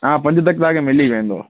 हा पंजे तक तव्हांखे मिली वेंदो